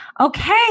Okay